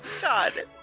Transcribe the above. God